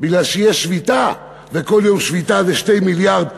כי תהיה שביתה, וכל יום שביתה זה 2 מיליארד שקל,